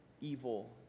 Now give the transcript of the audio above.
evil